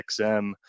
XM